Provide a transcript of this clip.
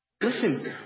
Listen